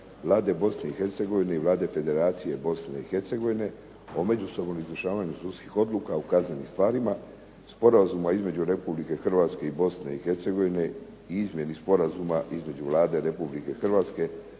Vlade Bosne i Hercegovine i Vlade Federacije Bosne i Hercegovine o međusobnom izvršavanju sudskih odluka u kaznenim stvarima, Sporazuma između Republike Hrvatske i Bosne i Hercegovine i izmjeni Sporazuma između Vlade Republike Hrvatske,